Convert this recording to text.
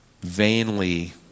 vainly